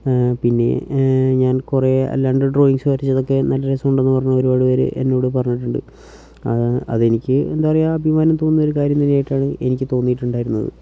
പിന്നെ ഞാൻ കുറേ അല്ലാണ്ട് ഡ്രോയിങ്സ് വരച്ചതൊക്കെ നല്ല രസം ഉണ്ടെന്ന് പറഞ്ഞ് ഒരുപാടുപേർ എന്നോട് പറഞ്ഞിട്ടുണ്ട് അതെനിക്ക് എന്താ പറയുക അഭിമാനം തോന്നുന്നൊരു കാര്യം തന്നെയായിട്ടാണ് എനിക്ക് തോന്നിയിട്ടുണ്ടായിരുന്നത്